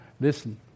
listen